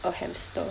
a hamster